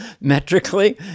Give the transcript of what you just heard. metrically